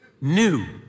new